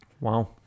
Wow